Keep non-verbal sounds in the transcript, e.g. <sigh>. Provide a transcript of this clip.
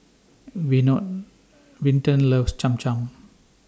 <unintelligible> Vinton loves Cham Cham